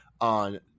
on